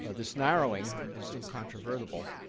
this narrowing is incontrovertible,